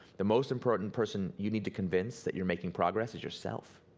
the most important person you need to convince that you're making progress is yourself.